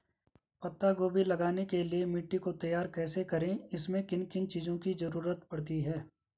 पत्ता गोभी लगाने के लिए मिट्टी को तैयार कैसे करें इसमें किन किन चीज़ों की जरूरत पड़ती है?